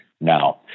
now